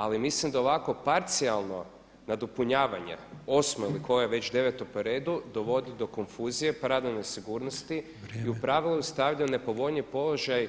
Ali mislim da ovako parcijalno nadopunjavanje 8. ili koje već, 9. po redu dovodi do konfuzije, pravne nesigurnosti i u pravilu stavlja u nepovoljniji položaj